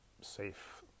safe